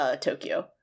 Tokyo